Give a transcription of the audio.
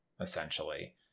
essentially